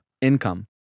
income